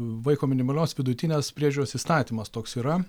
vaiko minimalios vidutinės priežiūros įstatymas toks yra